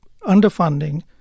underfunding